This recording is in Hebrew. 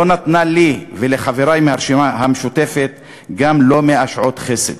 לא נתנה לי ולחברי מהרשימה המשותפת אף לא מאה שעות חסד.